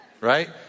right